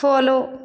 follow